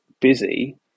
busy